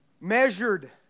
Measured